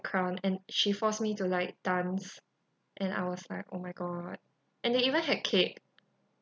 crown and she forced me to like dance and I was like oh my god and they even had cake